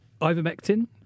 ivermectin